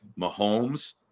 Mahomes